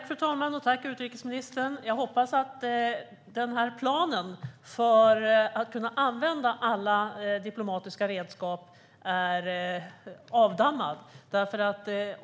Fru talman! Tack, utrikesministern! Jag hoppas att planen för att kunna använda alla diplomatiska redskap är avdammad.